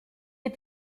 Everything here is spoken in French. des